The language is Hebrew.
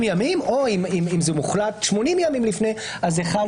אם אני זוכר דברים שנאמרו כאן על-ידי נציגי השלטון המקומי בדיון הראשון